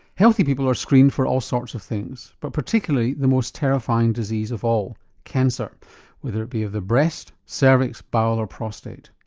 health people are screened for all sorts of things but particularly the most terrifying disease of all cancer whether it be of the breast, cervix, bowel or prostate.